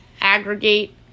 aggregate